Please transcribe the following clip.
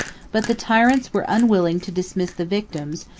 but the tyrants were unwilling to dismiss the victims,